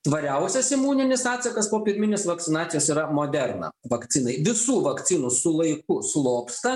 tvariausias imuninis atsakas po pirminės vakcinacijos yra moderna vakcinai visų vakcinų su laiku slopsta